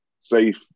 safe